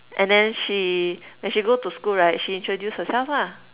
and then she when she go to school right she introduce herself lah